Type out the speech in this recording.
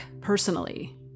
personally